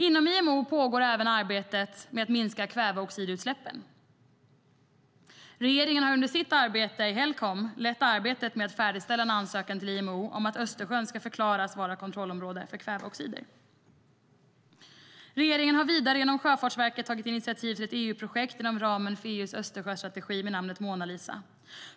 Inom IMO pågår även arbetet med att minska kväveoxidutsläppen. Regeringen har under sitt arbete i Helcom lett arbetet med att färdigställa en ansökan till IMO om att Östersjön ska förklaras vara kontrollområde för kväveoxider. Regeringen har vidare genom Sjöfartsverket tagit initiativ till ett EU-projekt inom ramen för EU:s Östersjöstrategi med namnet Monalisa.